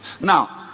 Now